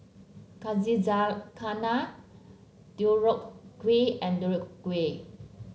Kazizakana Deodeok Kui and Deodeok Gui